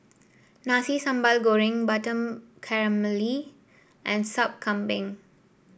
Nasi Sambal Goreng Butter Calamari and Sup Kambing